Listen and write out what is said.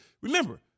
Remember